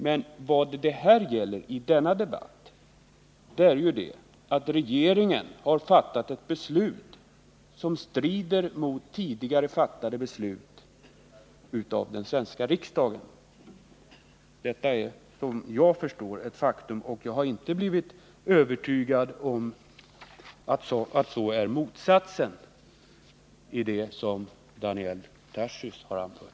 Men vad det gäller i denna debatt är ju att regeringen har fattat ett beslut som strider mot tidigare av den svenska riksdagen fattade beslut. Det är såvitt jag förstår ett faktum, och jag har inte blivit övertygad om motsatsen av det som Daniel Tarschys anfört.